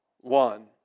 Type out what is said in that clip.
one